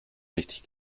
richtig